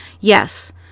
yes